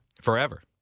forever